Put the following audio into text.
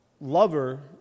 Lover